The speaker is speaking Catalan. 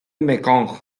mekong